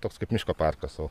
toks kaip miško parkas o